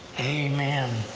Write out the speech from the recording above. amen!